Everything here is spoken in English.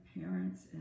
parents